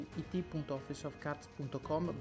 it.officeofcards.com